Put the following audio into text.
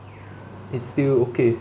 it's still okay